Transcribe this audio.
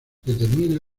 determina